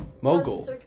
Mogul